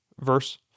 verse